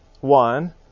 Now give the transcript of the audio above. One